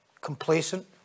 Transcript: Complacent